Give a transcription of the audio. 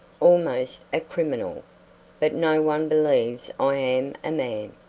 almost a criminal but no one believes i am a man.